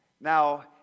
Now